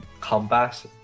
combat